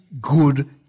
good